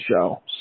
show